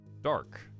dark